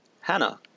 Hannah